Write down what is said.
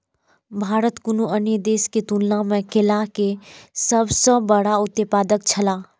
भारत कुनू अन्य देश के तुलना में केला के सब सॉ बड़ा उत्पादक छला